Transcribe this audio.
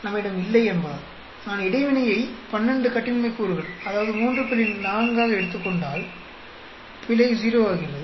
நம்மிடம் இல்லை என்பதால் நான் இடைவினையை 12 கட்டின்மை கூறுகள் அதாவது 3 X 4 ஆக எடுத்துக் கொண்டால் பிழை 0 ஆகிறது